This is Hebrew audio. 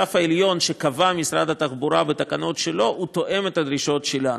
הסף העליון שקבע משרד התחבורה בתקנות שלו תואם את הדרישות שלנו.